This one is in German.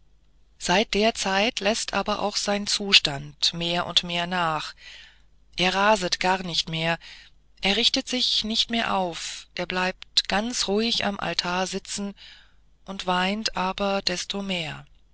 seit der zeit läßt aber auch sein zustand mehr und mehr nach er raset gar nicht mehr er richtet sich nicht mehr auf er bleibt ganz ruhig am altar setzen und weint aber nur desto mehr